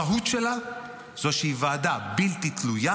המהות שלה היא של ועדה בלתי תלויה